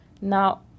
Now